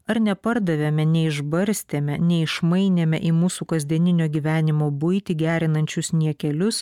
ar nepardavėme neišbarstėme neišmainėme į mūsų kasdieninio gyvenimo buitį gerinančius niekelius